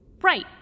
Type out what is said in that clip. Right